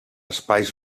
espais